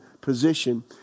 position